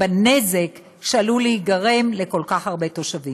מול הנזק שעלול להיגרם לכל כך הרבה תושבים.